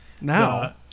Now